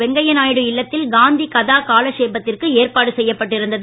வெங்கையா நாயுடு இல்லத்தில் காந்தி கதா காலசேஷபத்திற்கு ஏற்பாடு செய்யப்பட்டு இருந்தது